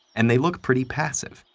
and they look pretty passive,